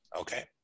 Okay